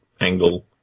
angle